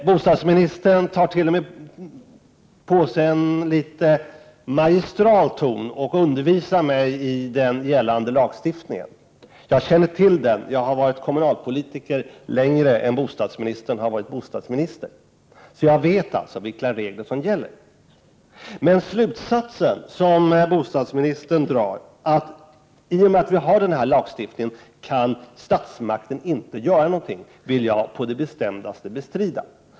Bostadsministern använder till och med en litet magistral ton och undervisar mig om den gällande lagstiftningen. Jag känner till den — jag har varit kommunalpolitiker längre än bostadsministern har varit bostadsminister — så jag vet vilka regler som gäller. Men den slutsats som bostadsministern drar, att statsmakten på grund av den lagstiftning som vi har inte kan göra någonting, vill jag på det bestämdaste bestrida.